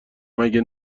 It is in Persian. مگه